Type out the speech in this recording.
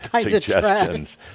suggestions